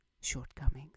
shortcomings